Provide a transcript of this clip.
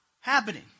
happening